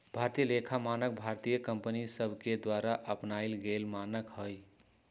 भारतीय लेखा मानक भारतीय कंपनि सभके द्वारा अपनाएल गेल मानक हइ